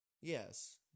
yes